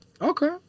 Okay